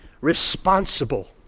responsible